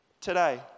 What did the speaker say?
today